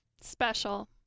special